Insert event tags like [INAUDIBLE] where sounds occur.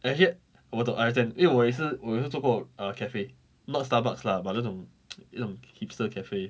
actually 我懂 as in 因为我也是我也是做过 err cafe not Starbucks lah but 那种 [NOISE] 那种 hipster cafe